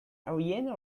ariane